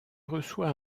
reçoit